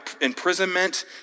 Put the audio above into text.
imprisonment